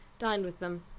dined with them.